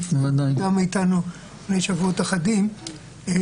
שנפרדה מאיתנו לפני שבועות אחדים.